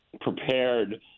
prepared